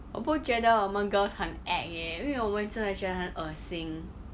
我不觉得我们 girls 很 act eh 因为我们每次觉得很恶心